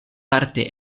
parte